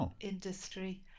industry